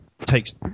takes